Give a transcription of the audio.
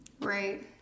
Right